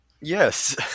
Yes